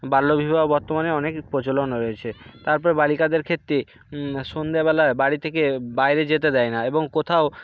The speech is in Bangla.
বাল্যবিবাহ বর্তমানে অনেক প্রচলন রয়েছে তারপর বালিকাদের ক্ষেত্তে সন্ধেবেলা বাড়ি থেকে বাইরে যেতে দেয় না এবং কোথাও